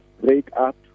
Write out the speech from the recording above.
break-up